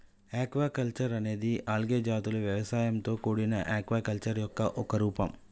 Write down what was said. aquaculture అనేది algae జాతుల వ్యవసాయంతో కూడిన ఆక్వాకల్చర్ యొక్క ఒక రూపం